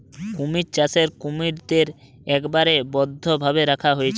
কুমির চাষে কুমিরদের একবারে বদ্ধ ভাবে রাখা হচ্ছে